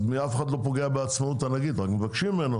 אף אחד לא פוגע בעצמאות הנגיד, רק מבקשים ממנו